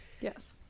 Yes